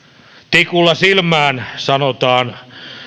tikulla silmään sanotaan